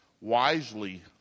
wisely